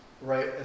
right